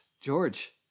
George